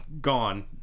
gone